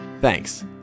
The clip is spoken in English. Thanks